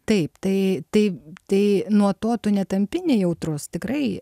taip tai tai tai nuo to tu netampi nejautrus tikrai